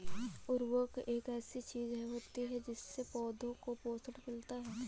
उर्वरक एक ऐसी चीज होती है जिससे पौधों को पोषण मिलता है